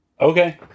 Okay